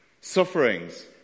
sufferings